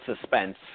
suspense